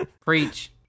Preach